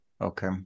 Okay